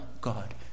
God